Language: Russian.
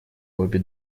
обе